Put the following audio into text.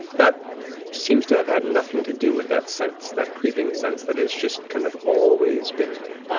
that seems to have had nothing to do with that sense, that creeping sense that has just kind of always been there.